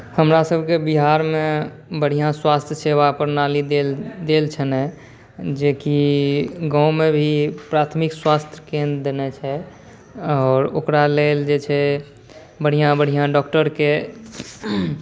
हमरा सब के बिहार मे बढ़िऑं स्वास्थ सेवा प्रणाली देल छलनि जे कि गाँव मे प्राथमिक स्वास्थ केन्द्र देने छै आओर ओकरा लेल जे छै बढ़िऑं बढ़ियाँ डॉक्टरके